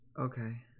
Okay